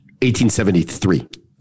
1873